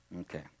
Okay